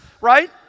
right